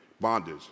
bondage